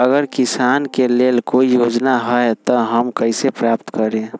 अगर किसान के लेल कोई योजना है त हम कईसे प्राप्त करी?